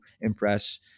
impress